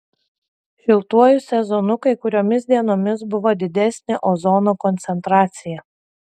šiltuoju sezonu kai kuriomis dienomis buvo didesnė ozono koncentracija